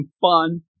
fun